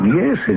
...yes